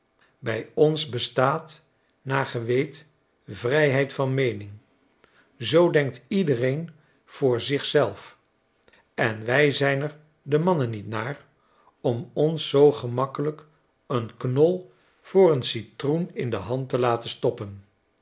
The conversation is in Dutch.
bij ons bestaat naar ge weet vrijheid van meening zoo denkt iedereen voor zich zelf en wij zijn er de mannen niet naar om ons zoo gemakkelijk een knol voor een citroen in de hand te laten stoppen